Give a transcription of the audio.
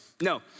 No